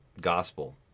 gospel